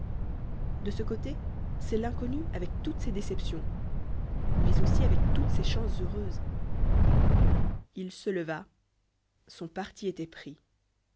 de ce côté c'est l'inconnu avec toutes ses déceptions mais aussi avec toutes ses chances heureuses il se leva son parti était pris